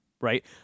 right